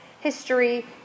history